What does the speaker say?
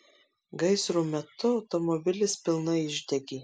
gaisro metu automobilis pilnai išdegė